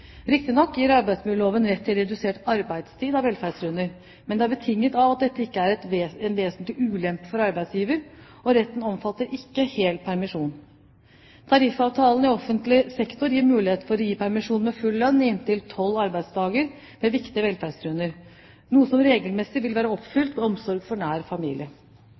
Riktignok gir arbeidsmiljøloven rett til redusert arbeidstid av velferdsgrunner, men det er betinget av at dette ikke er til vesentlig ulempe for arbeidsgiver, og retten omfatter ikke hel permisjon. Tariffavtalene i offentlig sektor gir mulighet for å gi permisjon med full lønn i inntil tolv arbeidsdager ved viktige velferdsgrunner, noe som regelmessig vil være oppfylt ved omsorg for nær familie.